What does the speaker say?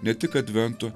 ne tik advento